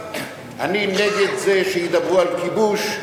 אני נגד זה שידברו על כיבוש,